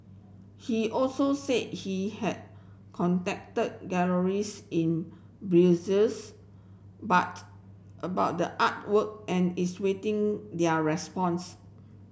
he also said he has contacted galleries in but about the artwork and is waiting their response